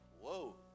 Whoa